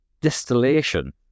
distillation